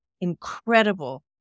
incredible